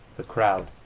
the crowd